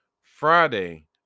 Friday